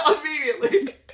immediately